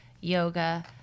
yoga